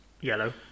yellow